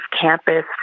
campus